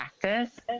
practice